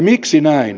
miksi näin